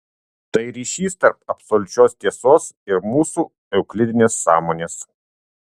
tai ryšys tarp absoliučios tiesos ir mūsų euklidinės sąmonės